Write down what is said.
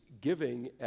giving